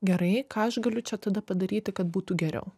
gerai ką aš galiu čia tada padaryti kad būtų geriau